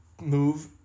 move